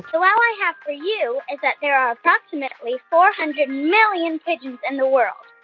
the wow i have for you is that there are approximately four hundred million pigeons in the world.